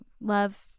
love